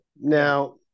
Now